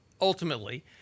ultimately